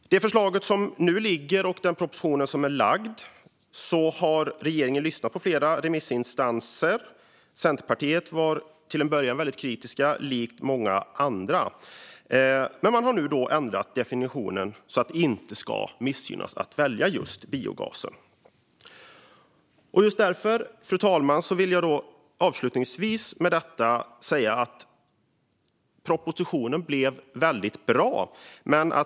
I det förslag som nu ligger, och i den proposition som har lagts fram, har regeringen lyssnat på flera remissinstanser. Centerpartiet var till en början, likt många andra, väldigt kritiska, men man har nu ändrat definitionen så att val av biogas inte ska missgynnas. Just därför, fru talman, vill jag avslutningsvis säga att propositionen blev väldigt bra.